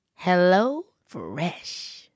HelloFresh